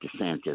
DeSantis